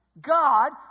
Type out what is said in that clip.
God